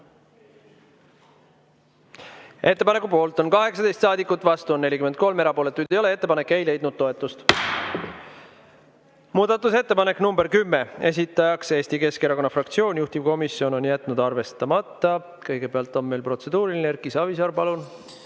Ettepaneku poolt on 18 saadikut, vastu on 43, erapooletuid ei ole. Ettepanek ei leidnud toetust. Muudatusettepanek nr 10, esitaja Eesti Keskerakonna fraktsioon, juhtivkomisjon on jätnud arvestamata. Kõigepealt on meil protseduuriline. Erki Savisaar, palun!